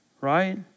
Right